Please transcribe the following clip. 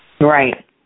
Right